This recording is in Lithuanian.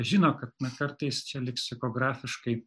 žino kad na kartais čia leksikografiškai